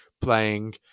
playing